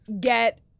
get